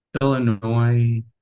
Illinois